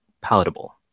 palatable